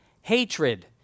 hatred